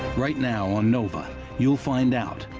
right now on nova, you'll find out,